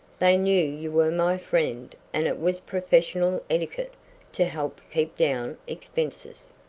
they knew you were my friend and it was professional etiquette to help keep down expenses.